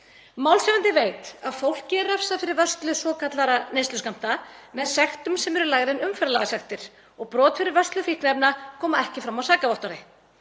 Málshefjandi veit að fólki er refsað fyrir vörslu svokallaðra neysluskammta með sektum sem eru lægri en umferðarlagasektir og brot fyrir vörslu fíkniefna koma ekki fram á sakavottorði.